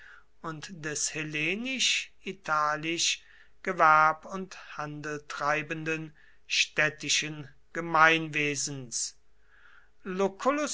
und des hellenisch italischen gewerb und handeltreibenden städtischen gemeinwesens